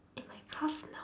in my class now